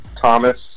Thomas